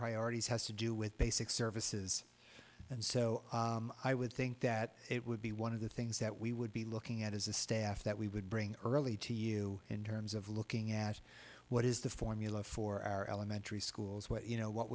priorities has to do with basic services and so i would think that it would be one of the things that we would be looking at as a staff that we would bring early to you in terms of looking at what is the formula for our elementary schools what you know what